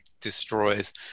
destroys